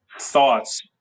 thoughts